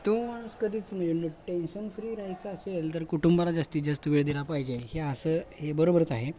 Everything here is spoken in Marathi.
तो माणूस कधीच मेन टेन्शन फ्री राहायचं असेल तर कुटुंबाला जास्तीत जास्त वेळ दिला पाहिजे हे असं हे बरोबरच आहे